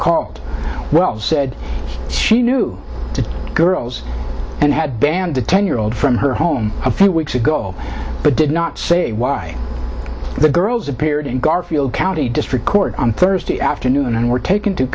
called well said she knew the girls and had banned the ten year old from her home a few weeks ago but did not say why the girls appeared in garfield county district court on thursday afternoon and were tak